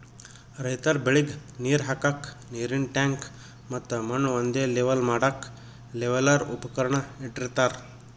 ರೈತರ್ ಬೆಳಿಗ್ ನೀರ್ ಹಾಕ್ಕಕ್ಕ್ ನೀರಿನ್ ಟ್ಯಾಂಕ್ ಮತ್ತ್ ಮಣ್ಣ್ ಒಂದೇ ಲೆವೆಲ್ ಮಾಡಕ್ಕ್ ಲೆವೆಲ್ಲರ್ ಉಪಕರಣ ಇಟ್ಟಿರತಾರ್